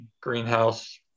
greenhouse